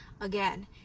Again